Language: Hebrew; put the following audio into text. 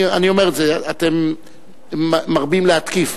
אני אומר את זה, אתם מרבים להתקיף.